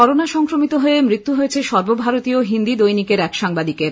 corona সংক্রমিত হয়ে মৃত্যু হয়েছে সর্বভারতীয় হিন্দী দৈনিকের এক সাংবাদিকদের